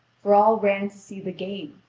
for all ran to see the game,